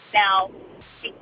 now